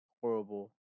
horrible